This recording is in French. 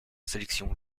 sélection